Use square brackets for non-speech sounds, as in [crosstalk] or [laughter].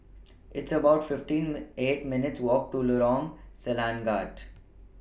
[noise] It's about fifteen May eight minutes' Walk to Lorong Selangat